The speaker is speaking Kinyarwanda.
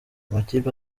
amakipe